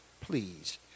please